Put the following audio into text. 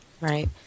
Right